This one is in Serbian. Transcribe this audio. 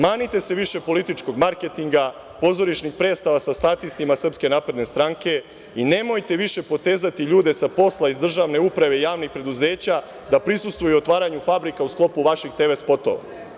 Manite se više političkog marketinga, pozorišnih predstava sa statistima SNS i nemojte više potezati ljude sa posla iz državne uprave i javnih preduzeća da prisustvuju otvaranju fabrika u sklopu vaših TV spotova.